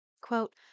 Quote